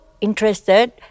interested